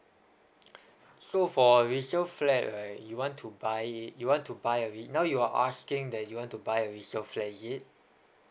so for resale flat right you want to buy it you want to buy it now you're asking that you want to buy a resale flat is it